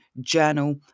journal